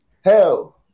Hell